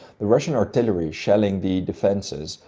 the russian artillery, shelling the defenses,